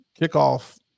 kickoff